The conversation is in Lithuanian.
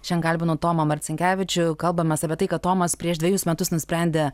šian kalbinu tomą marcinkevičių kalbamės apie tai kad tomas prieš dvejus metus nusprendė